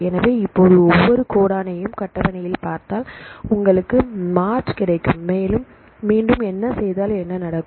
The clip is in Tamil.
எனவே இப்போது ஒவ்வொரு கோடனையும் அட்டவணையில் பார்த்தால் உங்களுக்கு மார்ட் கிடைக்கும் மேலும் மீண்டும் என்ன செய்தால் என்ன நடக்கும்